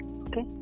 Okay